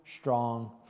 strong